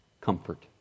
comfort